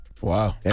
Wow